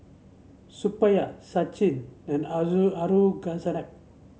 Suppiah Sachin and